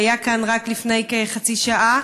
שהיה כאן רק לפני כחצי שעה,